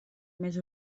més